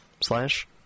slash